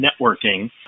networking